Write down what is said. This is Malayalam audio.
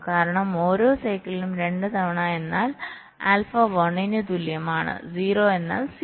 കാരണം ഓരോ സൈക്കിളിലും 2 തവണ എന്നാൽ ആൽഫ 1 ന് തുല്യമാണ് 0 എന്നാൽ 0